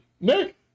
Nick